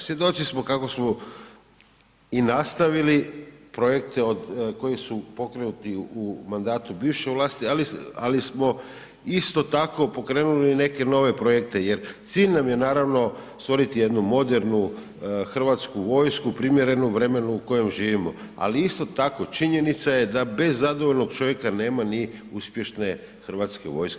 Svjedoci smo kako smo i nastavili projekte koji su pokrenuti u mandatu bivše vlasti, ali smo isto tako pokrenuli neke nove projekte jer cilj nam je, naravno stvoriti jednu modernu Hrvatsku vojsku, primjerenu vremenu u kojem živimo, ali isto tako, činjenica je da bez zadovoljnog čovjeka nema ni uspješne Hrvatske vojske.